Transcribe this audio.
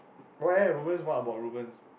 why eh Rubens what about Rubens